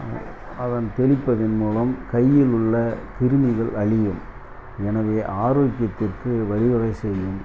அதன் தெளிப்பதன் மூலம் கையில் உள்ள கிருமிகள் அழியும் எனவே ஆரோக்கியத்திற்கு வழி வகை செய்யும்